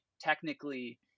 technically